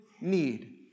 need